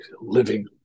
living